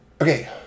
Okay